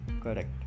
correct